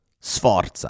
Sforza